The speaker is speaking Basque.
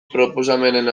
proposamenen